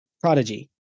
Prodigy